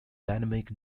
dynamic